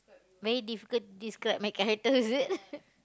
very difficult describe my character is it